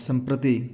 सम्प्रति